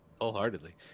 Wholeheartedly